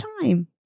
time